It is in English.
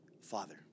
Father